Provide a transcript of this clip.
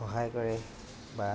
সহায় কৰে বা